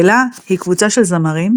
מקהלה היא קבוצה של זמרים,